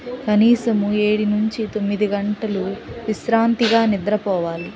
కనీసము ఏడు నుంచి తొమ్మిది గంటలు విశ్రాంతిగా నిద్రపోవాలి